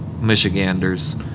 Michiganders